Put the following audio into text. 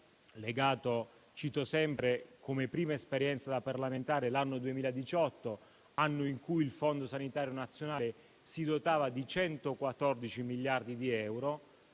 cito sempre, come prima esperienza da parlamentare, l'anno 2018, anno in cui il fondo sanitario nazionale si dotava di 114 miliardi di euro.